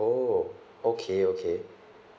orh okay okay